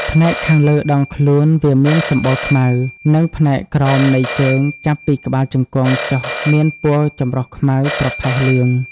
ផ្នែកខាងលើដងខ្លួនវាមានសម្បុរខ្មៅ និងផ្នែកក្រោមនៃជើងចាប់ពីក្បាលជង្គង់ចុះមានពណ៌ចម្រុះខ្មៅ ប្រផេះ លឿង។